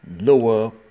lower